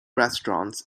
restaurants